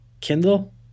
Kindle